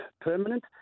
permanent